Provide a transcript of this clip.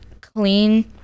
clean